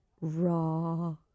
Raw